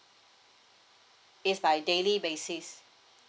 it's by daily basis